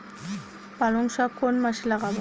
পালংশাক কোন মাসে লাগাব?